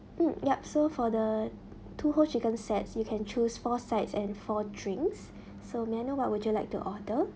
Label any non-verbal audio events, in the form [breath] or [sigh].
mm yup so for the two whole chicken sets you can choose four sides and four drinks [breath] so may I know what would you like to order